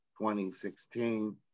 2016